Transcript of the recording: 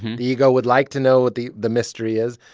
the ego would like to know what the the mystery is.